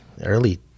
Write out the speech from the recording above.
early